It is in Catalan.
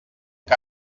que